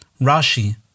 Rashi